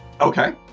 Okay